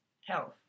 health